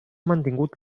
mantingut